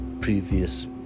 previous